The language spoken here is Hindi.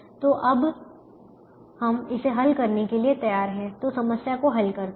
तो अब हम इसे हल करने के लिए तैयार हैं तो समस्या को हल करते है